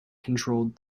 controlled